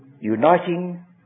uniting